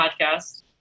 podcast